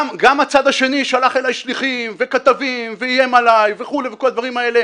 גם הצד השני שלח אליי שליחים וכתבים ואיים עליי וכו' וכל הדברים האלה,